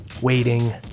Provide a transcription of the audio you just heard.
waiting